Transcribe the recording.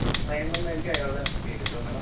ആ പ്രേം എന്ന് ആയിരിക്കും അയാളുടെ പേര് കേട്ടോ മാഡം